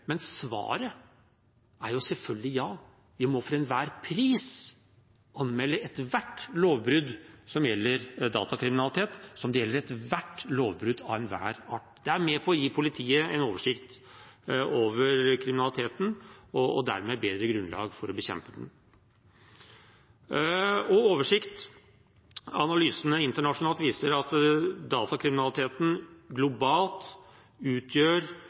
ethvert lovbrudd som gjelder datakriminalitet, slik det gjelder for ethvert lovbrudd av enhver art. Det er med på å gi politiet en oversikt over kriminaliteten og dermed bedre grunnlag for å bekjempe den. Når det gjelder oversikt, viser analysene internasjonalt at datakriminaliteten globalt utgjør